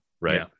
right